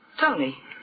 Tony